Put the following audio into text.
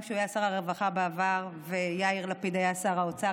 גם כשהוא היה שר הרווחה בעבר ויאיר לפיד היה שר האוצר,